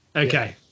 Okay